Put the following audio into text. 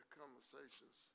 conversations